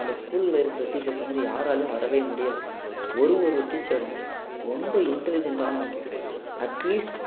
அந்த ஸ்கூலில் இருக்கிற டீச்சர்ஸ் மாதிரி யாராலேயும் வரவே முடியாது ஒரு ஒரு டீச்சரும் ரொம்ப இன்டெலிஜெண்ட்டானவங்க அட்லீஸ்ட்